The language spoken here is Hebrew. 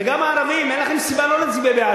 וגם הערבים, אין לכם סיבה לא להצביע בעד.